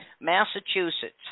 Massachusetts